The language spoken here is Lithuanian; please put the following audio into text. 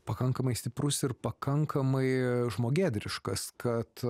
pakankamai stiprus ir pakankamai žmogėdriškas kad